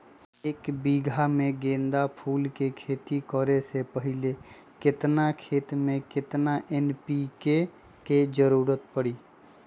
एक बीघा में गेंदा फूल के खेती करे से पहले केतना खेत में केतना एन.पी.के के जरूरत परी?